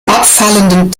abfallenden